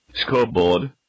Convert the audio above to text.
Scoreboard